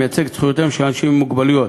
המייצג את זכויותיהם של אנשים עם מוגבלויות.